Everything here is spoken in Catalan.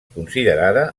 considerada